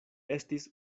estis